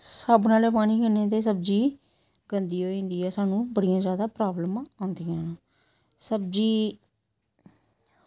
साबनै आह्ले पानी कन्नै ते सब्जी गंदी होई जंदी ऐ सानू बड़ियां ज्यादा प्राब्लमां औंदियां न सब्ज़ी